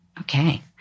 Okay